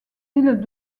îles